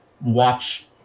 watch